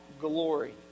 glory